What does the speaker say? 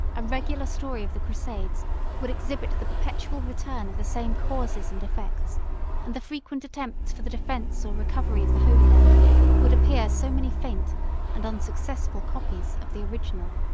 a regular story of the crusades would exhibit the perpetual return of the same causes and effects and the frequent attempts for the defence or recovery of the holy land would appear so many faint and unsuccessful copies of the original.